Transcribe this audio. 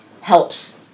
helps